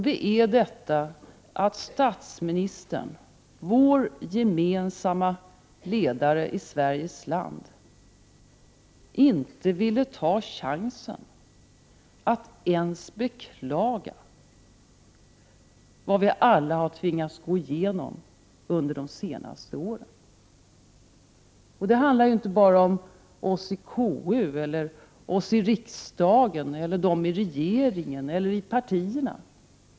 Det är att statsministern, vår gemensamme ledare i Sveriges land, inte ville ta chansen att ens beklaga vad vi alla har tvingats gå igenom de senaste åren. Det handlar inte bara om oss i konstitutionsutskottet eller om oss i riksdagen, eller den i regeringen eller i partierna.